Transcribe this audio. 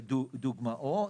דוגמאות.